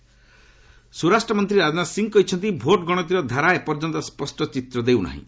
Rajnath reaction ସ୍ୱରାଷ୍ଟ୍ରମନ୍ତ୍ରୀ ରାଜନାଥ ସିଂ କହିଛନ୍ତି vote ଗଣତିର ଧାରା ଏପର୍ଯ୍ୟନ୍ତ ସ୍ୱଷ୍ଟ ଚିତ୍ର ଦେଉନାହିଁ